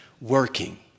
working